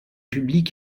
public